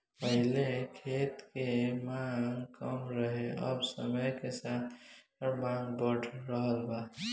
पहिले खेत के मांग कम रहे अब समय के साथे एकर मांग बढ़ रहल बा